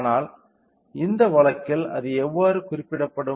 ஆனால் இந்த வழக்கில் அது எவ்வாறு குறிப்பிடப்படும்